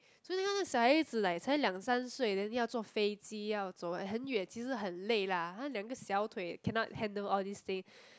so 那个小孩子 like 才两三岁 then 要坐飞机要走很远 then 其实很累 lah 他两个小腿 cannot handle all these thing